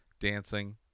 dancing